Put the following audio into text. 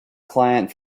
client